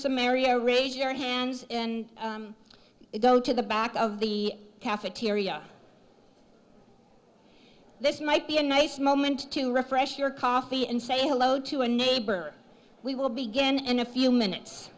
some area raise their hands and it go to the back of the cafeteria this might be a nice moment to refresh your coffee and say hello to a neighbor we will begin in a few minutes